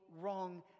wrong